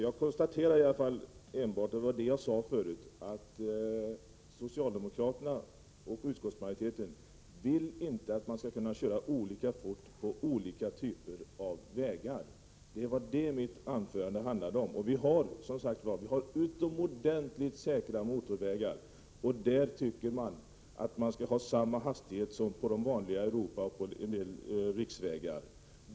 Herr talman! Jag konstaterade enbart att socialdemokraterna och utskottsmajoriteten inte vill att man skall kunna köra olika fort på olika typer av vägar. Det var det mitt anförande handlade om. Vi har utomordentligt säkra motorvägar, och på dem tycker utskottsmajoriteten att vi skall ha samma hastighet som på de vanliga Europavägarna och en del riksvägar.